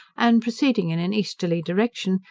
and, proceeding in an easterly direction,